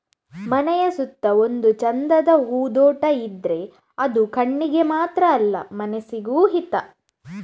ಮನೆಯ ಸುತ್ತ ಒಂದು ಚಂದದ ಹೂದೋಟ ಇದ್ರೆ ಅದು ಕಣ್ಣಿಗೆ ಮಾತ್ರ ಅಲ್ಲ ಮನಸಿಗೂ ಹಿತ